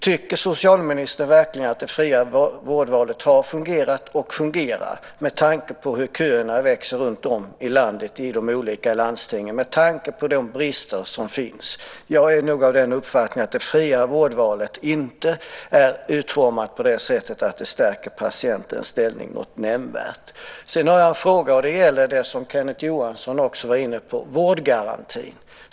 Tycker socialministern verkligen att det fria vårdvalet har fungerat och fungerar med tanke på hur köerna växer runtom i landet i de olika landstingen och med tanke på de brister som finns? Jag är nog av den uppfattningen att det fria vårdvalet inte är utformat på det sättet att det stärker patientens ställning något nämnvärt. Sedan har jag en fråga som gäller det som Kenneth Johansson också var inne på, nämligen vårdgarantin.